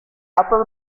upper